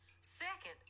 Second